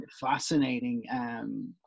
fascinating